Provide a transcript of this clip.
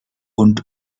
und